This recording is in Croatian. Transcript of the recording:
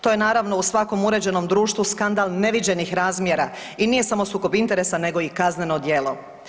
To je naravno u svakom uređenom društvu skandal neviđenih razmjera i nije samo sukob interesa nego i kazneno djelo.